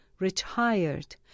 Retired